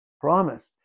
promised